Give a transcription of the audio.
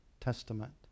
Testament